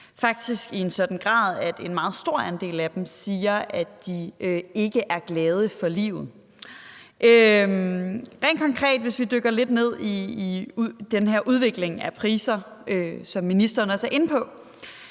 faktisk i en sådan grad, at en meget stor andel af dem siger, at de ikke er glade for livet. Hvis vi helt konkret dykker lidt ned i den her udvikling af priserne, som ministeren også er inde på,